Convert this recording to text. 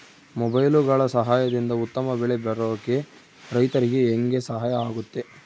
ಮೊಬೈಲುಗಳ ಸಹಾಯದಿಂದ ಉತ್ತಮ ಬೆಳೆ ಬರೋಕೆ ರೈತರಿಗೆ ಹೆಂಗೆ ಸಹಾಯ ಆಗುತ್ತೆ?